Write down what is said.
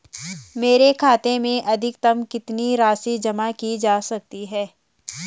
मेरे खाते में अधिकतम कितनी राशि जमा की जा सकती है?